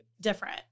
different